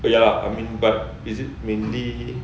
but ya I mean but is it mainly